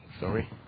sorry